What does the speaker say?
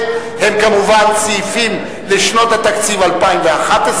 אני לא מתכוון לסכן את מעמדי.